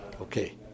Okay